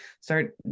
start